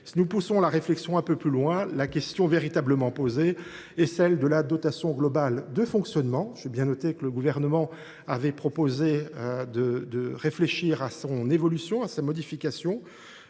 nous poussons la réflexion un peu plus loin, la question véritablement posée est celle de la dotation globale de fonctionnement. J’ai bien noté que le Gouvernement avait proposé de réfléchir à son évolution. En la matière,